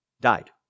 died